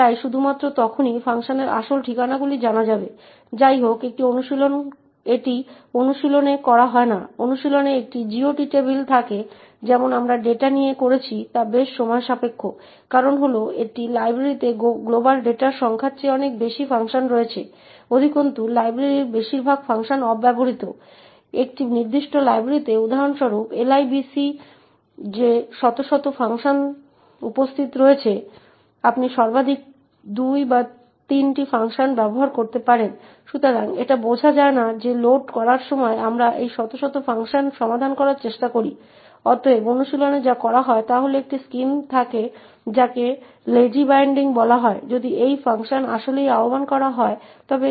তাই মনে রাখবেন যে s একটি গ্লোবাল ভেরিয়েবল তাই এটি ডিফল্টরূপে 0 তে আরম্ভ করা হবে তাই কোনো দুর্বলতা ছাড়াই বা দুর্বলতা শোষণ না করে এই প্রোগ্রামটি যখন এই printf এক্সিকিউট করে তখন এখানে 0 এর সমান প্রিন্ট করবে তবে আমরা যা করব তা হল আমরা ব্যবহারকারী স্ট্রিং পরিবর্তন করতে যাবো